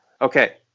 okay